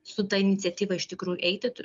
su ta iniciatyva iš tikrųjų eiti